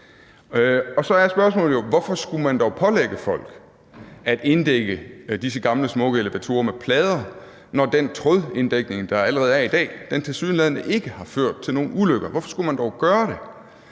Så er spørgsmålet jo: Hvorfor skulle man dog pålægge folk at inddække disse gamle smukke elevatorer med plader, når den trådinddækning, der allerede er i dag, tilsyneladende ikke har ført til nogen ulykker? Hvorfor skulle man dog gøre det?